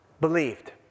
believed